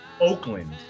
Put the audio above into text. Oakland